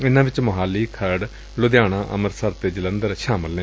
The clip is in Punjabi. ਇਨ੍ਪਾਂ ਵਿਚ ਮੋਹਾਲੀ ਖਰੜ ਲੁਧਿਆਣਾ ਅੰਮ੍ਰਿਤਸਰ ਅਤੇ ਜਲੰਧਰ ਸ਼ਾਮਲ ਨੇ